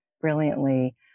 brilliantly